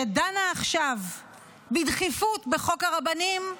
שדנה עכשיו בדחיפות בחוק הרבנים,